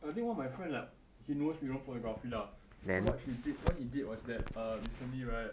I think one of my friend like he does freelance photography lah so what she did what he did was that err recently right